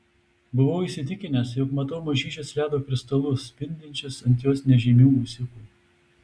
buvau įsitikinęs jog matau mažyčius ledo kristalus spindinčius ant jos nežymių ūsiukų